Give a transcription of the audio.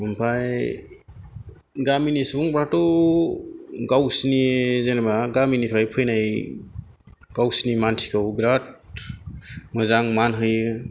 ओमफ्राय गामिनि सुबुंफोराथ' गावसोरनि जेनेबा गामिनिफ्राय फैनाय गावसोरनि मानसिखौ बिराद मोजां मान होयो